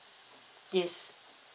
yes